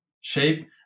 shape